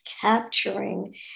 capturing